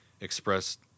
expressed